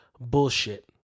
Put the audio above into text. bullshit